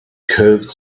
curved